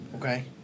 Okay